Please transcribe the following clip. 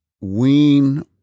wean